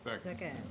Second